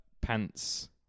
pants